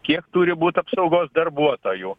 kiek turi būt apsaugos darbuotojų